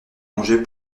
congé